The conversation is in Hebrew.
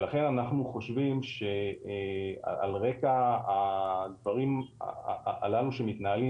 ולכן אנחנו חושבים שעל רקע הדברים הללו שמתנהלים,